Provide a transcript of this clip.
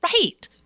Right